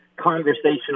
conversational